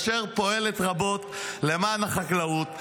אשר פועלת רבות למען החקלאות.